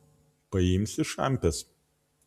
paimsi šampės